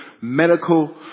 medical